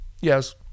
Yes